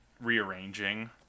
rearranging